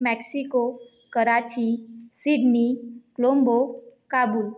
Mexico Karachi Sydney Colombo Kabul